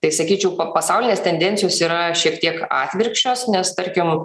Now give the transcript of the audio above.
tai sakyčiau pasaulinės tendencijos yra šiek tiek atvirkščios nes tarkim